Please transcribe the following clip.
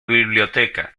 biblioteca